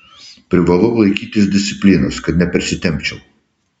privalau laikytis disciplinos kad nepersitempčiau